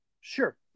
Sure